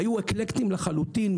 היו אקלקטיים לחלוטין,